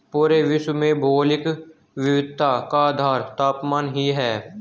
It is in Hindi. पूरे विश्व में भौगोलिक विविधता का आधार तापमान ही है